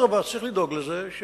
אדרבה, צריך לדאוג לזה שהמשטרה